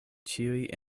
ĉiuj